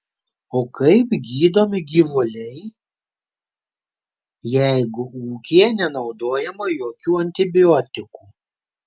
o kaip gydomi gyvuliai jeigu ūkyje nenaudojama jokių antibiotikų